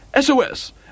SOS